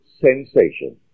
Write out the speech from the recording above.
sensation